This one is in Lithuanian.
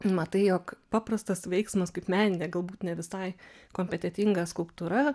matai jog paprastas veiksmas kaip meninė galbūt ne visai kompetentinga skulptūra